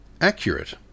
accurate